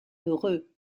heureux